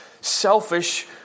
selfish